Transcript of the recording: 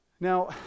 Now